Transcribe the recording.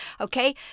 Okay